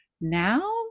now